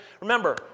Remember